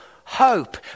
hope